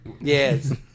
Yes